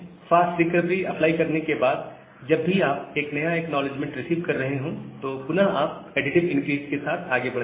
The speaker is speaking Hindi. फास्ट रिकवरी अप्लाई करने के बाद जब भी आप एक नया एक्नॉलेजमेंट रिसीव कर रहे हैं तो पुनः आप एडिटिव इनक्रीस के साथ आगे बढ़ते हैं